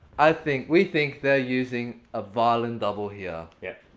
i think we think they're using a violin double here. yep.